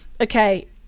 Okay